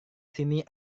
sini